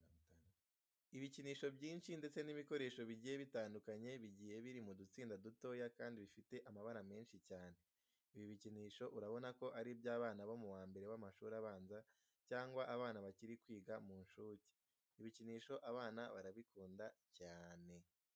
Ibikinisho byinshi ndetse n'ibikoresho bigiye bitandukanye bigiye biri mu dutsinda dutoya kandi bifite amabara menshi cyane. Ibi bikinisho urabona ko ari iby'abana bo mu wa mbere w'amashuri abanza cyangwa abana bakiri kwiga mu nshuke. Ibikinisho abana barabikunda cyane.